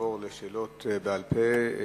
ונעבור לשאלות בעל-פה.